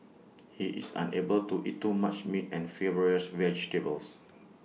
he is unable to eat too much meat and fibrous vegetables